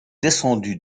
descendu